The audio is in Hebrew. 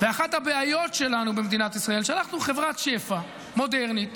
אחת הבעיות שלנו במדינת ישראל היא שאנחנו חברת שפע מודרנית